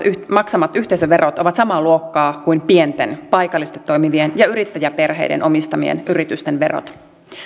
maksamat yhteisöverot ovat samaa luokkaa kuin pienten paikallisesti toimivien ja yrittäjäperheiden omistamien yritysten verot